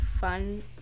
fun